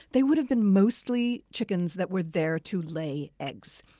they would have been mostly chickens that were there to lay eggs.